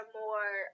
more